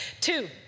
Two